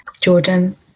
Jordan